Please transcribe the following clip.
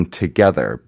together